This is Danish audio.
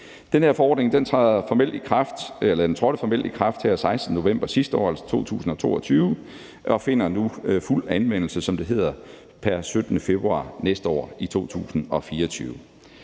Den her forordning trådte formelt i kraft den 16. november 2022, og finder nu fuld anvendelse, som det hedder, pr. 17. februar 2024.